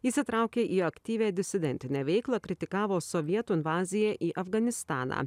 įsitraukė į aktyvią disidentinę veiklą kritikavo sovietų invaziją į afganistaną